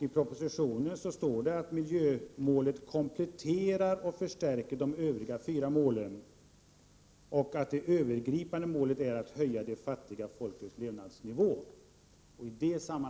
I propositionen står det att miljömålet kompletterar och förstärker de övriga fyra målen och att det övergripande målet är att höja de fattiga folkens levnadsnivå.